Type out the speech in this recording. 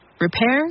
repairs